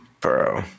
Bro